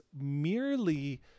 merely